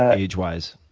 age-wise?